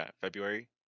February